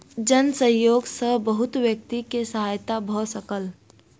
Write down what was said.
जन सहयोग सॅ बहुत व्यक्ति के सहायता भ सकल